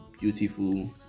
beautiful